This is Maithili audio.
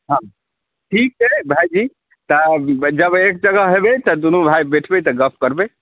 हँ ठीक छै भाईजी जब एक जगह हेबै तऽ दुनू भाई बैठबै तऽ गप करबै